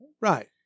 Right